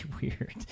weird